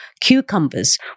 cucumbers